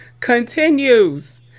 continues